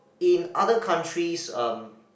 in other countries um